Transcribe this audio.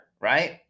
right